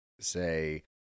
say